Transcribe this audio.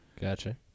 Gotcha